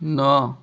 ନଅ